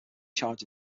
charge